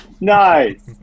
Nice